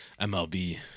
MLB